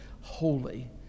Holy